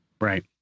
Right